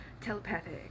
telepathic